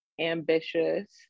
ambitious